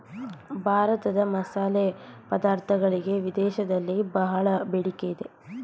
ಭಾರತದ ಮಸಾಲೆ ಪದಾರ್ಥಗಳಿಗೆ ವಿದೇಶದಲ್ಲಿ ಬಹಳ ಬೇಡಿಕೆ ಇದೆ